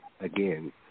again